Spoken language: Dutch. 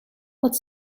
dat